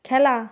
খেলা